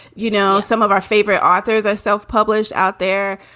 you know, some of our favorite authors. i self published out there.